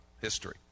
history